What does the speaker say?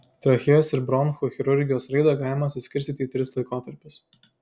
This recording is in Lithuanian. trachėjos ir bronchų chirurgijos raidą galima suskirstyti į tris laikotarpius